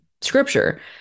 scripture